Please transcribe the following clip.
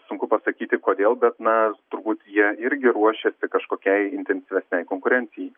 sunku pasakyti kodėl bet na turbūt jie irgi ruošiasi kažkokiai intensyvesnei konkurencijai